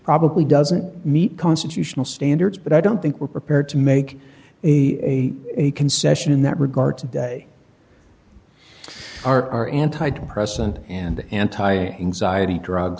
probably doesn't meet constitutional standards but i don't think we're prepared to make a concession in that regard today are anti depressant and anti anxiety drugs